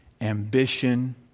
ambition